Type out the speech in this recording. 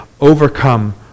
overcome